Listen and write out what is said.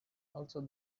also